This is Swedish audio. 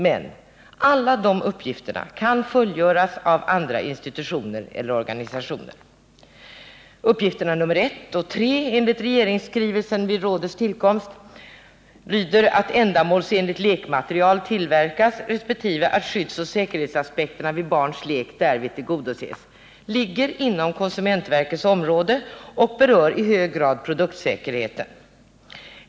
Men: alla de uppgifterna kan fullgöras av andra institutioner eller organisationer. Uppgifterna nr 1 och nr 3, som enligt regeringsskrivelsen vid rådets tillkomst anger att ändamålsenligt lekmaterial tillverkas resp. att skyddsoch säkerhetsaspekterna vid barns lek därvid tillgodoses, ligger inom konsumentsverkets område och berör i hög grad produktsäkerheten.